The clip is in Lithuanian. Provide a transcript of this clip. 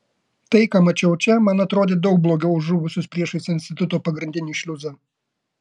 tai ką mačiau čia man atrodė daug blogiau už žuvusius priešais instituto pagrindinį šliuzą